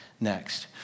next